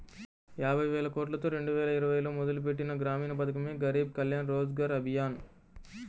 యాబైవేలకోట్లతో రెండువేల ఇరవైలో మొదలుపెట్టిన గ్రామీణ పథకమే గరీబ్ కళ్యాణ్ రోజ్గర్ అభియాన్